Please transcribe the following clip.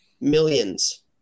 Millions